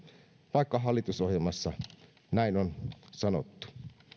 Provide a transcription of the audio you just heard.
vaikka hallitusohjelmassa näin on sanottu